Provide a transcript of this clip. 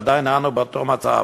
ועדיין אנו באותו מצב.